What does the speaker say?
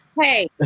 Hey